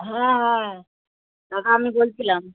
হ্যাঁ হ্যাঁ দাদা আমি বলছিলাম